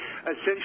Essentially